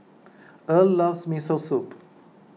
Earl loves Miso Soup